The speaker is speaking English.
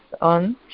on